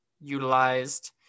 utilized